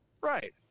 Right